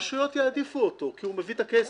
רשויות יעדיפו אותו כי הוא מביא את הכסף.